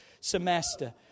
semester